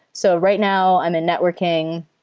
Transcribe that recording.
so right now, i'm in networking,